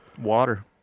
Water